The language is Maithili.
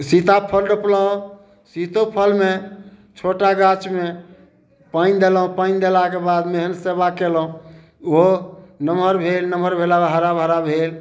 सीताफल रोपलहुँ सीतोफलमे छोटा गाछमे पानि देलहुँ पानि देलाके बादमे सेवा कयलहुँ उहो नमहर भेल नमहर भेला बाद हरा भरा भेल